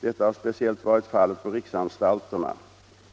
Detta har speciellt varit fallet på riksanstalterna.